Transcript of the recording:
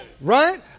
Right